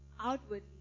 outwardly